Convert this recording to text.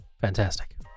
Fantastic